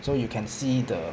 so you can see the